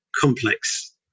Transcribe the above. complex